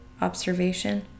observation